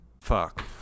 fuck